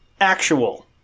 actual